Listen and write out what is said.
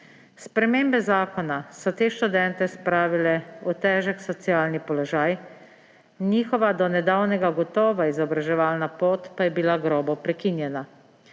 Spremembe zakona so te študente spravile v težek socialni položaj, njihova do nedavnega gotova izobraževalna pot pa je bila grobo prekinjena.